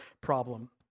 problem